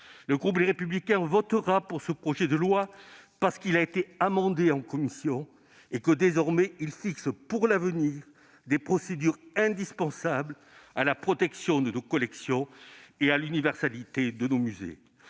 Le groupe Les Républicains soutiendra ce projet de loi parce qu'il a été amendé en commission et que, désormais, il fixe pour l'avenir des procédures indispensables à la protection de nos collections et à l'universalité de nos musées.